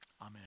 Amen